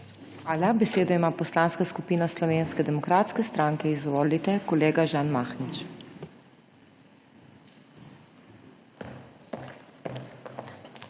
Hvala. Besedo ima Poslanska skupina Slovenske demokratske stranke. Izvolite kolega Žan Mahnič.